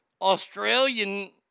Australian